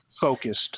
focused